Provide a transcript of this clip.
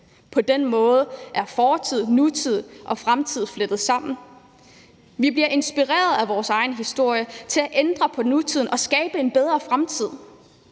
På den måde er fortid, nutid og fremtid flettet sammen. Vi bliver inspireret af vores egen historie til at ændre på nutiden og skabe en bedre fremtid.